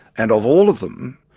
and of all of them,